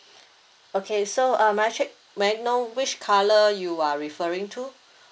okay so uh may I check may I know which colour you are referring to